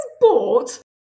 bought